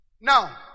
Now